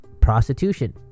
prostitution